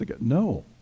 no